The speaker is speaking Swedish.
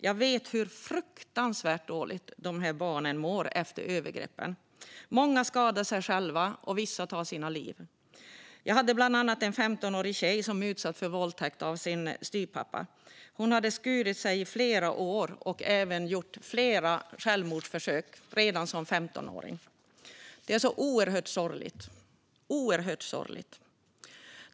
Jag vet hur fruktansvärt dåligt barnen mår efter övergreppen. Många skadar sig själva, och vissa tar sitt liv. Jag hade bland annat en 15-årig tjej som utsatts för våldtäkt av sin styvpappa. Hon hade skurit sig i flera år och även gjort flera självmordsförsök, redan som 15-åring. Det är oerhört sorgligt.